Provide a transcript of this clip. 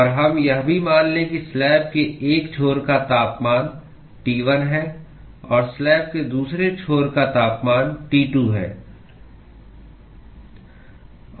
और हम यह भी मान लें कि स्लैब के एक छोर का तापमान T1 है और स्लैब के दूसरे छोर का तापमान T2 है